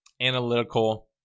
analytical